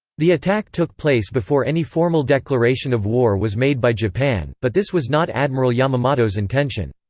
the attack took place before any formal declaration of war was made by japan, but this was not admiral yamamoto's intention.